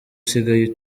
usigaye